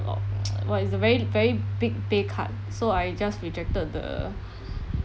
about what is a very very big pay cut so I just rejected the